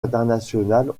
internationales